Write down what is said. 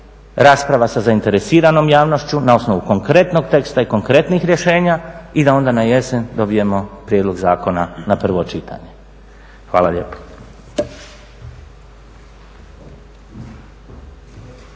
rasprava sa zainteresiranom javnošću na osnovu konkretnog teksta i konkretnih rješenja i da onda na jesen dobijemo prijedlog zakona na prvo čitanje. Hvala lijepo.